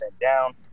down